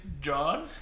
John